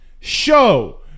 show